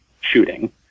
shooting